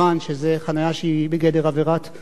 שזו חנייה שהיא בגדר עבירת תנועה.